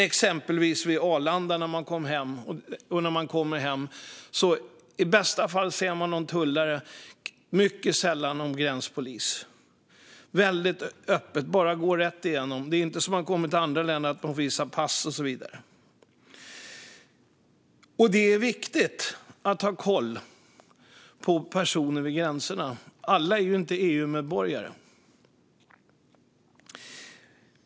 Exempelvis ser man vid Arlanda, när man kommer hem, i bästa fall någon tullare men mycket sällan någon gränspolis. Det är väldigt öppet. Det är bara att gå rätt igenom. Det är inte, som när man kommer till andra länder, så att man får visa pass och så vidare. Det är viktigt att ha koll på personer vid gränserna. Alla är ju inte EU-medborgare.